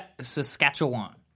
Saskatchewan